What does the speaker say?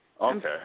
Okay